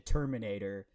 Terminator